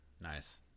Nice